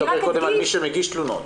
בואי נדבר קודם על מי שמגיש תלונה.